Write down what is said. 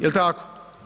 Jel tako?